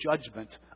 judgment